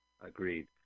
Agreed